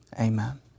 amen